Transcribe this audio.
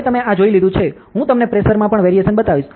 હવે તમે આ જોઈ લીધું છે હું તમને પ્રેશરમાં પણ વેરીએશન બતાવીશ